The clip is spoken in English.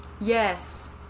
Yes